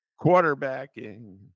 quarterbacking